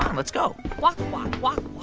um let's go walk, walk, walk,